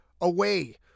away